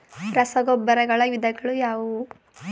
ರಸಗೊಬ್ಬರಗಳ ವಿಧಗಳು ಯಾವುವು?